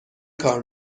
کار